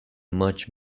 much